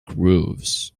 grooves